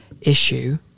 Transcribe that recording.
issue